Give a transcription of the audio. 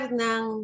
ng